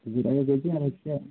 দুশো টাকা আর হচ্ছে